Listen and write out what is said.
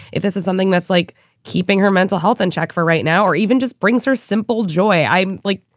if this is something that's like keeping her mental health in and check for right now or even just brings her simple joy i like